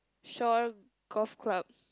Shore golf club